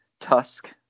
tusk